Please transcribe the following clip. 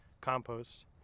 compost